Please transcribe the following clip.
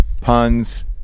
Puns